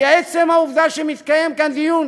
כי עצם העובדה שמתקיים כאן דיון,